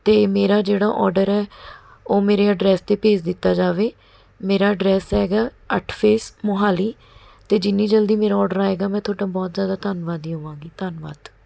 ਅਤੇ ਮੇਰਾ ਜਿਹੜਾ ਔਡਰ ਹੈ ਉਹ ਮੇਰੇ ਐਡਰੈੱਸ 'ਤੇ ਭੇਜ ਦਿੱਤਾ ਜਾਵੇ ਮੇਰਾ ਐਡਰੈੱਸ ਹੈਗਾ ਅੱਠ ਫੇਸ ਮੋਹਾਲੀ ਅਤੇ ਜਿੰਨੀ ਜਲਦੀ ਮੇਰਾ ਔਡਰ ਆਏਗਾ ਮੈਂ ਤੁਹਾਡਾ ਬਹੁਤ ਜ਼ਿਆਦਾ ਧੰਨਵਾਦੀ ਹੋਵਾਂਗੀ ਧੰਨਵਾਦ